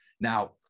Now